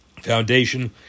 foundation